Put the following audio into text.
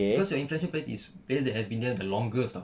cause your influential players is players that been there the longest [tau]